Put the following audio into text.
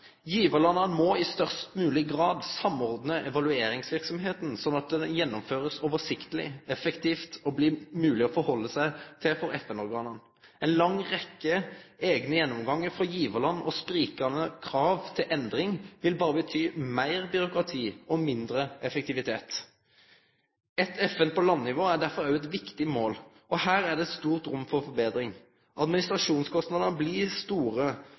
Givarlanda må – i størst mogleg grad – samordne evalueringsverksemda slik at ho blir gjennomført oversiktleg, effektivt og blir mogleg å halde seg til for FN-organa. Ei lang rekkje eigne gjennomgangar frå givarland og sprikande krav til endring vil berre bety meir byråkrati og mindre effektivitet. Eit FN på landnivå er derfor eit viktig mål, og her er det stort rom for forbetring. Administrasjonskostnadene blir store